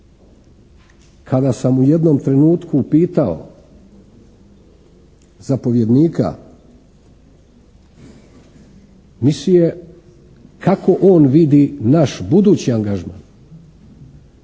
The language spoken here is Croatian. kada sam u jednom trenutku upitao zapovjednika misije kako on vidi naš budući angažman.